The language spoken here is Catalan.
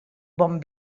bon